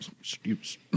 Excuse